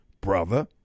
Brother